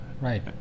right